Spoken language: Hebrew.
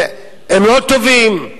הם לא טובים,